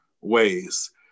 ways